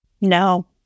No